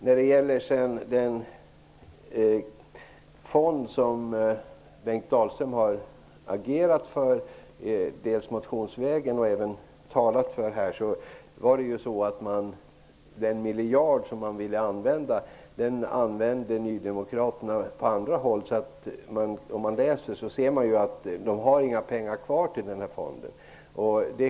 När det gäller den fond som Bengt Dalström har agerat för både motionsvägen och här i kammaren vill jag påpeka att den miljard man ville använda använde nydemokraterna på andra håll. De har inga pengar kvar till den här fonden.